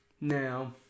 Now